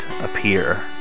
appear